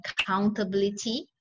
accountability